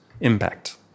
impact